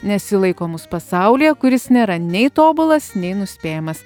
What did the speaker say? nes ji laiko mus pasaulyje kuris nėra nei tobulas nei nuspėjamas